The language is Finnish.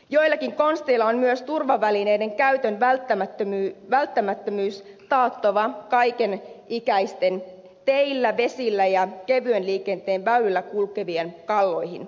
joillakin konsteilla on myös turvavälineiden käytön välttämättömyys taattava kaikenikäisten teillä vesillä ja kevyen liikenteen väylillä kulkevien kalloihin